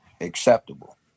acceptable